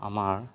আমাৰ